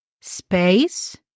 space